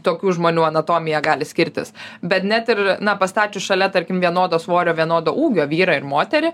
tokių žmonių anatomija gali skirtis bet net ir na pastačius šalia tarkim vienodo svorio vienodo ūgio vyrą ir moterį